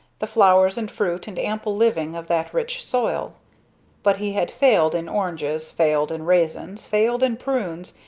the flowers and fruit and ample living of that rich soil but he had failed in oranges, failed in raisins, failed in prunes,